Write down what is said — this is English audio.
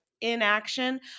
inaction